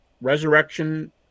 resurrection